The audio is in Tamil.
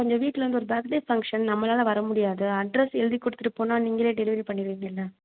கொஞ்சம் வீட்டில் வந்து ஒரு பர்த்டே ஃபங்க்ஷன் நம்மளால் வரமுடியாது அட்ரெஸ் எழுதி கொடுத்துட்டு போனால் நீங்களே டெலிவரி பண்ணிருவீங்கல்ல